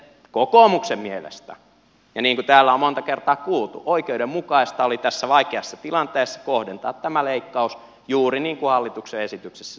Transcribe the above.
kokoomuksen mielestä niin kuin täällä on monta kertaa kuultu oikeudenmukaista oli tässä vaikeassa tilanteessa kohdentaa tämä leikkaus juuri niin kuin hallituksen esityksessä se on tehty